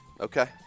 okay